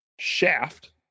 shaft